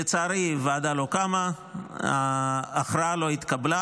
לצערי הוועדה לא קמה, ההכרעה לא התקבלה.